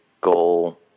goal